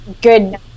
good